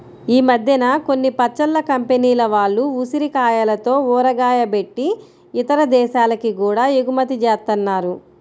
ఈ మద్దెన కొన్ని పచ్చళ్ళ కంపెనీల వాళ్ళు ఉసిరికాయలతో ఊరగాయ బెట్టి ఇతర దేశాలకి గూడా ఎగుమతి జేత్తన్నారు